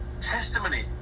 testimony